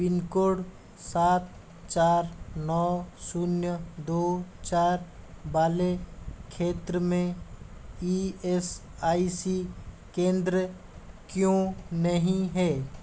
pin code सात चार नौ शून्य दो चार वाले क्षेत्र में ई एस आई सी केंद्र क्यों नहीं है